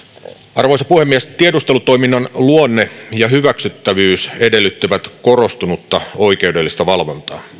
arvoisa puhemies tiedustelutoiminnan luonne ja hyväksyttävyys edellyttävät korostunutta oikeudellista valvontaa